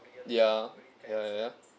ya ya ya ya